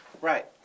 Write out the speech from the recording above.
Right